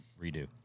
redo